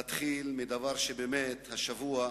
להתחיל בדבר של השבוע,